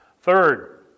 Third